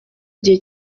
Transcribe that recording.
igihe